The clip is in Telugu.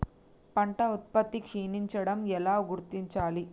పంట ఉత్పత్తి క్షీణించడం ఎలా గుర్తించాలి?